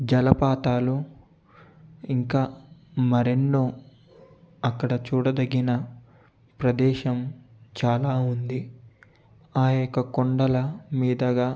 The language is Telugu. జలపాతాలు ఇంకా మరెన్నో అక్కడ చూడదగిన ప్రదేశం చాలా ఉంది ఆ యొక్క కొండల మీదగా